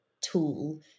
tool